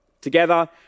together